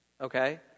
Okay